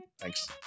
Thanks